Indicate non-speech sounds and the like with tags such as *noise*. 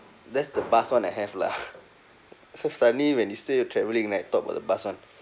that's the bus one I have lah *laughs* so suddenly when you say your traveling right thought about the bus [one]